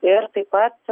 ir taip pat